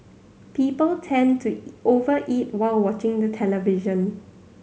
people tend to over eat while watching the television